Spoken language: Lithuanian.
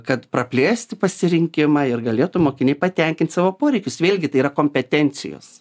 kad praplėsti pasirinkimą ir galėtų mokiniai patenkint savo poreikius vėlgi tai yra kompetencijos